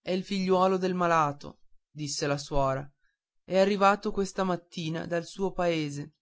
è il figliuolo del malato disse la suora è arrivato questa mattina dal suo paese